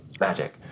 magic